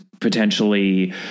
potentially